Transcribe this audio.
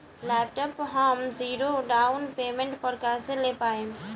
Laptop हम zero down payment पर कैसे ले पाएम?